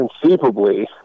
conceivably